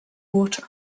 water